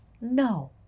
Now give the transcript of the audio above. No